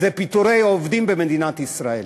זה פיטורי העובדים במדינת ישראל.